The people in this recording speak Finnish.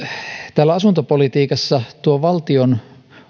täällä asuntopolitiikassa on tuo valtion